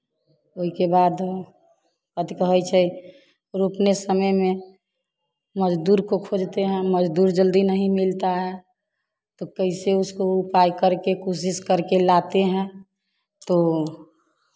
ओई के बाद कथी कहै छै रोपने समय में मज़दूर को खोजते है मज़दूर जल्दी नहीं मिलता है तो कैसे उसको उपाय करके कोशिश करके लाते हैं तो